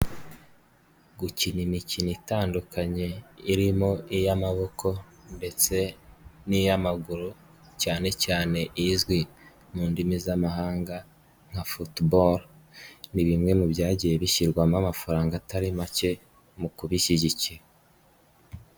Gukina imikino itandukanye irimo iy'amaboko ndetse n'iy'amaguru cyane cyane izwi mu ndimi z'amahanga nka Football ni bimwe mu byagiye bishyirwamo amafaranga atari make mu kubishyigikira.